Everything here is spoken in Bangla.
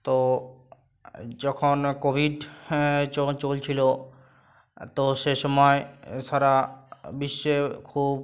তো যখন কোভিড হ্যাঁ যখন চলছিলো তো সে সময় সারা বিশ্বে খুব